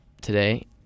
today